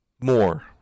more